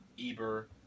Eber